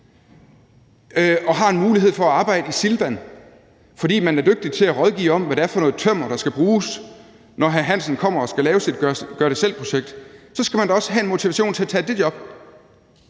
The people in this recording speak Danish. og har en mulighed for at arbejde i Silvan, fordi man er dygtig til at rådgive om, hvad det er for noget tømmer, der skal bruges, når hr. Hansen kommer og skal lave sit gør det selv-projekt, så skal man da også have en motivation til at tage det job.